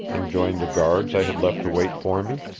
and joined the guards i had left to wait for me.